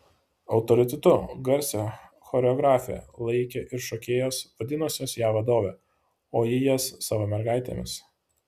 autoritetu garsią choreografę laikė ir šokėjos vadinusios ją vadove o ji jas savo mergaitėmis